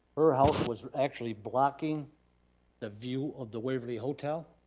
her house was actually blocking the view of the waverly hotel,